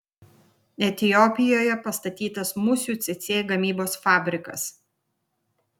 etiopijoje pastatytas musių cėcė gamybos fabrikas